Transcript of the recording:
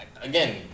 Again